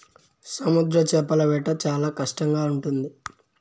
సముద్ర చేపల వేట చాలా కష్టంగా ఉంటుంది